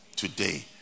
today